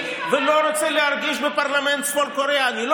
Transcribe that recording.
ולא רוצה להרגיש בפרלמנט צפון קוריאני.